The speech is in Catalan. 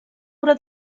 obra